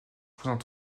présente